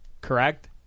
correct